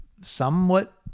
somewhat